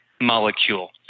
molecule